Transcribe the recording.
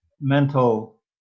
mental